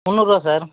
முந்நூறுபா சார்